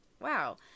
wow